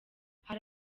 hari